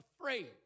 afraid